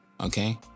Okay